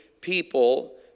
people